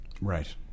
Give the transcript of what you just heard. Right